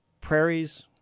prairies